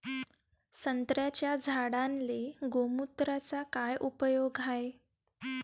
संत्र्याच्या झाडांले गोमूत्राचा काय उपयोग हाये?